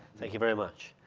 thank you very much.